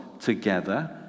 together